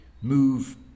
move